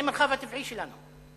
זה המרחב הטבעי שלנו,